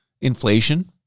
inflation